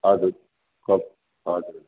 हजुर कत् हजुर